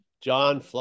John